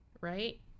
right